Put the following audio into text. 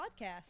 podcast